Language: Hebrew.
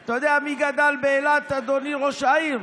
אתה יודע מי גדל באילת, אדוני ראש העיר?